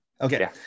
Okay